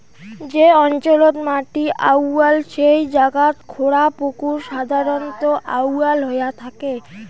যে অঞ্চলত মাটি আউয়াল সেই জাগাত খোঁড়া পুকুর সাধারণত আউয়াল হয়া থাকে